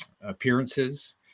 appearances